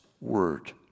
word